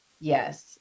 Yes